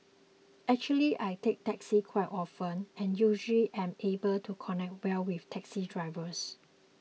actually I take taxis quite often and usually am able to connect well with taxi drivers